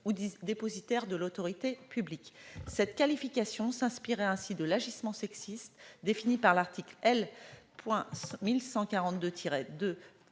ou dépositaires de l'autorité publique. Cette qualification s'inspire de l'agissement sexiste, défini par l'article L. 1142-2-1